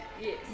Yes